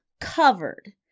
covered